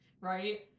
right